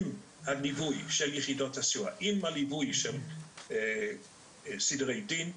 עם הגיבוי של יחידות הסיוע והליווי של סדרי דין,